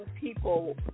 people